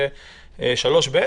3(ב)?